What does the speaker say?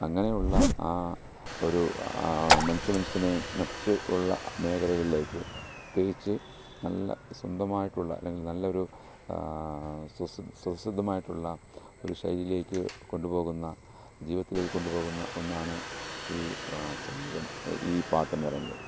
അങ്ങനെയുള്ള ആ ഒരു മനുഷ്യ മനസ്സിനെ മറ്റ് ഉള്ള മേഖലകളിലേക്ക് പ്രത്യേകിച്ച് നല്ല സ്വന്തമായിട്ടുള്ള അല്ലെങ്കിൽ നല്ലൊരു സ്വതസിദ്ധമായിട്ടുള്ള ഒരു ശൈലിയിലേക്ക് കൊണ്ട് പോകുന്ന ജീവിതത്തിലേക്ക് കൊണ്ട് പോകുന്ന ഒന്നാണ് ഈ സംഗീതം ഈ പാട്ടെന്ന് പറയുന്നത്